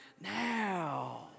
now